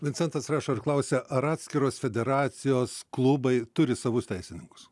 vincentas rašo ir klausia ar atskiros federacijos klubai turi savus teisininkus